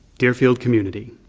deerfield community,